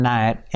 Night